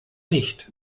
nicht